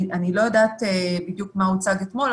אני לא יודעת בדיוק מה הוצג אתמול,